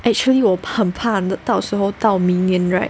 actually 我很怕到时候到明年 right